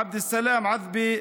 עבד אל-סלאם עדבה,